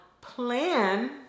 Plan